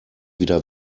wieder